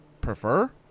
prefer